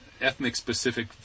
ethnic-specific